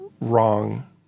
wrong